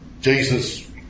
Jesus